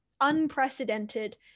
unprecedented